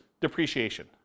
depreciation